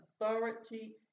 authority